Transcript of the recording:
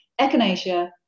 echinacea